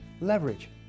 leverage